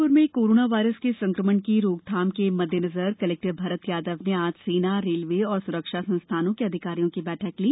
जबलप्र में corona virus के संक्रमण की रोकथाम के मददेनजर कलेक्टर भरत यादव ने आज सेनारेलवे एवं स्रक्षा संस्थानों के अधिकारियों की बैठक ली